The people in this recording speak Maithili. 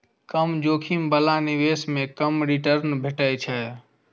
कम जोखिम बला निवेश मे कम रिटर्न भेटै छै